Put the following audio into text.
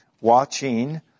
watching